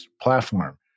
platform